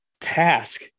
task